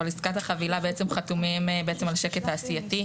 אבל עסקת החבילה בעצם חתומים על שקט תעשייתי.